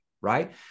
right